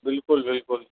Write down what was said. बिल्कुलु बिल्कुलु